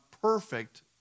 perfect